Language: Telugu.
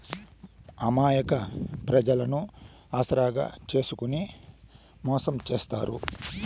అమాయక ప్రజలను ఆసరాగా చేసుకుని మోసం చేత్తారు